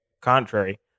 Contrary